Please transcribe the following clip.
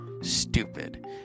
stupid